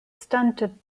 stunted